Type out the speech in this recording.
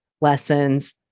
lessons